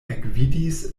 ekvidis